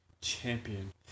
champion